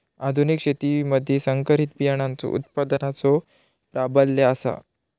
आधुनिक शेतीमधि संकरित बियाणांचो उत्पादनाचो प्राबल्य आसा